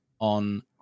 on